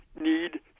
need